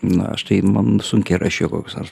na aš tai man sunkiai rasčiau kokius nors